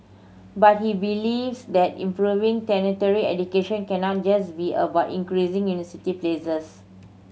but he believes that improving tertiary education cannot just be about increasing university places